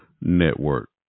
Network